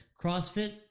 crossfit